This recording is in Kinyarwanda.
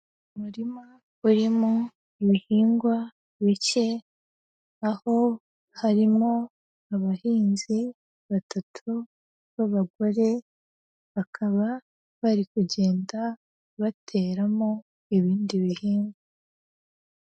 Umurima urimo ibihingwa bike, aho harimo abahinzi batatu b'abagore, bakaba bari kugenda bateramo ibindi bihingwa.